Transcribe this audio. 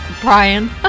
Brian